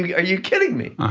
yeah are you kidding me?